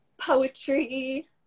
poetry